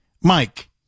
Mike